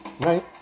right